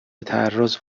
تعرض